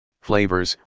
flavors